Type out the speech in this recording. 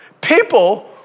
people